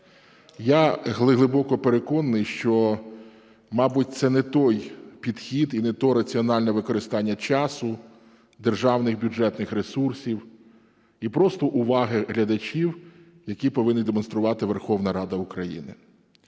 Я глибоко переконаний, що, мабуть, це не той підхід і не те раціональне використання часу, державних, бюджетних ресурсів і просто уваги глядачів, які повинна демонструвати Верховна Рада України.